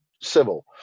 civil